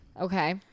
Okay